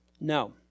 No